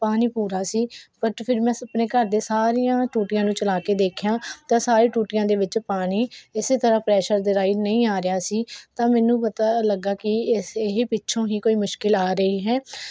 ਪਾਣੀ ਪੂਰਾ ਸੀ ਬਟ ਫਿਰ ਮੈਂ ਆਪਣੇ ਘਰ ਦੇ ਸਾਰੀਆਂ ਟੂਟੀਆਂ ਨੂੰ ਚਲਾ ਕੇ ਦੇਖਿਆ ਤਾਂ ਸਾਰੀ ਟੂਟੀਆਂ ਦੇ ਵਿੱਚ ਪਾਣੀ ਇਸ ਤਰ੍ਹਾਂ ਪ੍ਰੈਸ਼ਰ ਦੇ ਰਾਹੀਂ ਨਹੀਂ ਆ ਰਿਹਾ ਸੀ ਤਾਂ ਮੈਨੂੰ ਪਤਾ ਲੱਗਾ ਕਿ ਇਸ ਇਹ ਪਿੱਛੋਂ ਹੀ ਕੋਈ ਮੁਸ਼ਕਲ ਆ ਰਹੀ ਹੈ